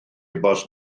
bost